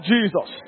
Jesus